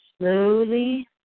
slowly